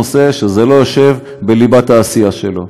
נושא שלא יושב בליבת העשייה שלו,